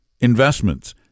investments